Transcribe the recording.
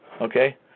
Okay